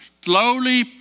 slowly